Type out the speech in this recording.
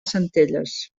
centelles